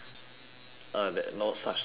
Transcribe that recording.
uh that no such song found